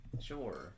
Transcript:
Sure